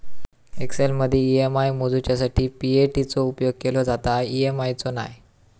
एक्सेलमदी ई.एम.आय मोजूच्यासाठी पी.ए.टी चो उपेग केलो जाता, ई.एम.आय चो नाय